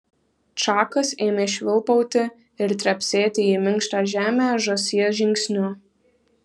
čakas ėmė švilpauti ir trepsėti į minkštą žemę žąsies žingsniu